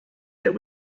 that